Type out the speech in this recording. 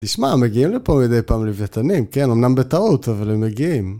תשמע, מגיעים לפה מדי פעם לווייתנים, כן, אמנם בטעות, אבל הם מגיעים.